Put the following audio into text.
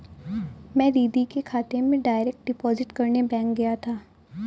मैं दीदी के खाते में डायरेक्ट डिपॉजिट करने बैंक गया था